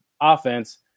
offense